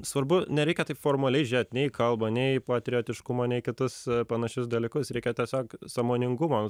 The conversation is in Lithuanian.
svarbu nereikia taip formaliai žiūrėt nei į kalba nei į patriotiškumą nei kitus panašius dalykus reikia tiesiog sąmoningumo